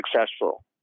successful